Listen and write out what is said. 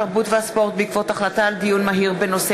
התרבות והספורט בעקבות דיון מהיר בהצעת